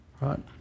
Right